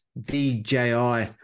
DJI